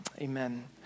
amen